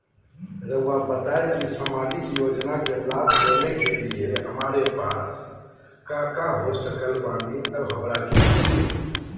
रहुआ बताएं कि सामाजिक योजना के लाभ लेने के लिए हमारे पास काका हो सकल बानी तब हमरा के मिली?